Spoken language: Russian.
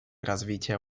развития